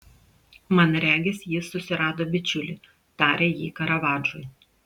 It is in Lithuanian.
man regis jis susirado bičiulį tarė ji karavadžui